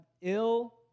ill